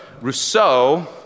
Rousseau